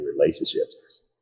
relationships